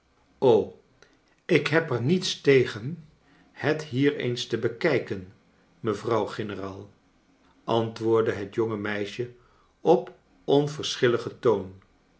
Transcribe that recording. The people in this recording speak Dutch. ik heb er niets tegen het hier eens te bekijken mevrouw general antwoordde het jonge meisje op onverschilligen toon